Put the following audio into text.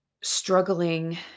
struggling